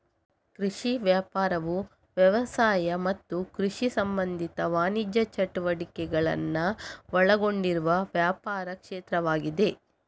ಕೃಷಿ ವ್ಯಾಪಾರವು ವ್ಯವಸಾಯ ಮತ್ತು ಕೃಷಿ ಸಂಬಂಧಿತ ವಾಣಿಜ್ಯ ಚಟುವಟಿಕೆಗಳನ್ನ ಒಳಗೊಂಡಿರುವ ವ್ಯಾಪಾರ ಕ್ಷೇತ್ರವಾಗಿದೆ